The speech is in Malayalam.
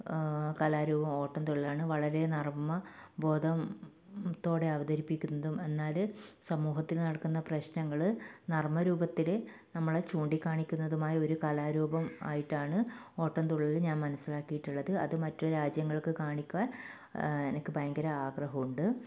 കലാരൂപം ഓട്ടംതുള്ളാലാണ് വളരെ നർമ്മ ബോധത്തോടെ അവതരിപ്പിക്കുന്നതും എന്നാൽ സമൂഹത്തിൽ നടക്കുന്ന പ്രശ്നങ്ങൾ നർമ്മ രൂപത്തിൽ നമ്മളെ ചൂണ്ടിക്കാണിക്കുന്നതുമായ ഒരു കലാരൂപം ആയിട്ടാണ് ഓട്ടൻതുള്ളൽ ഞാൻ മനസ്സിലാക്കിയിട്ടുള്ളത് അത് മറ്റു രാജ്യങ്ങൾക്ക് കാണിക്കാൻ എനിക്ക് ഭയങ്കര ആഗ്രഹമുണ്ട്